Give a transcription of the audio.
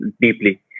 deeply